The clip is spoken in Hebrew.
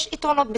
יש יתרונות בצידו.